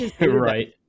Right